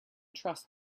trust